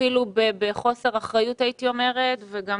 והייתי אומרת אפילו בחוסר אחריות וגם